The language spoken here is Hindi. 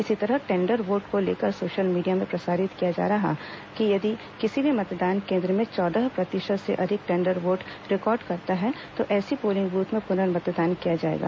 इसी तरह टेंडर वोट को लेकर सोशल मीडिया में प्रसारित किया जा रहा है कि यदि किसी भी मतदान केन्द्र में चौदह प्रतिशत से अधिक टेंडर वोट रिकॉर्ड करता है तो ऐसे पोलिंग बूथ में पुनर्मतदान किया जाएगा